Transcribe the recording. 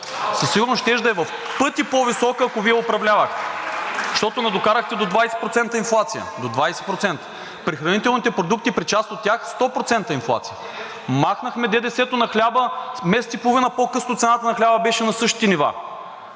Със сигурност щеше да е в пъти по-висока, ако Вие управлявахте, защото ни докарахте до 20% инфлация. До 20%! При хранителните продукти, при част от тях, 100% инфлация. Махнахме ДДС-то на хляба, месец и половина по-късно цената на хляба беше на същите нива.